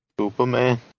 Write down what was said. Superman